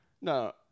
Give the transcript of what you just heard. No